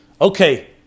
okay